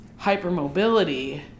hypermobility